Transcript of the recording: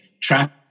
track